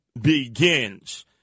begins